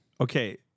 Okay